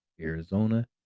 Arizona